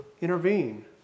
intervene